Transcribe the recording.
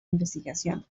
investigación